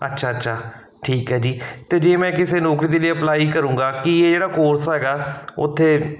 ਅੱਛਾ ਅੱਛਾ ਠੀਕ ਹੈ ਜੀ ਅਤੇ ਜੇ ਮੈਂ ਕਿਸੇ ਨੌਕਰੀ ਦੇ ਲਈ ਅਪਲਾਈ ਕਰੂੰਗਾ ਕੀ ਇਹ ਜਿਹੜਾ ਕੋਰਸ ਹੈਗਾ ਉੱਥੇ